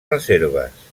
reserves